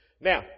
Now